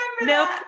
nope